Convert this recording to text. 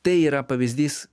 tai yra pavyzdys